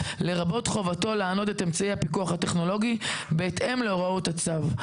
לרבות חובתו לענוד את אמצעי הפיקוח הטכנולוגי בהתאם להוראות הצו,